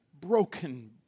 broken